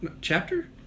Chapter